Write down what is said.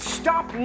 stop